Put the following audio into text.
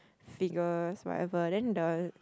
figures whatever then the